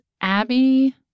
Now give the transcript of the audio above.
Abby